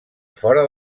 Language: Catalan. fora